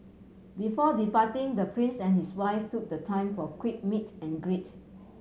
before departing the Prince and his wife took the time for a quick meet and greet